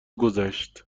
گذشت